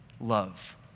love